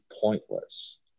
pointless